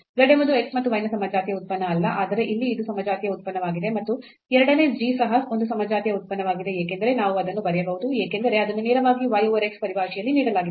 z ಎಂಬುದು x ಮತ್ತು y ನ ಸಮಜಾತೀಯ ಉತ್ಪನ್ನ ಅಲ್ಲ ಆದರೆ ಇಲ್ಲಿ ಇದು ಸಮಜಾತೀಯ ಉತ್ಪನ್ನವಾಗಿದೆ ಮತ್ತು ಎರಡನೇ g ಸಹ ಒಂದು ಸಮಜಾತೀಯ ಉತ್ಪನ್ನವಾಗಿದೆ ಏಕೆಂದರೆ ನಾವು ಅದನ್ನು ಬರೆಯಬಹುದು ಏಕೆಂದರೆ ಅದನ್ನು ನೇರವಾಗಿ y over x ಪರಿಭಾಷೆಯಲ್ಲಿ ನೀಡಲಾಗಿದೆ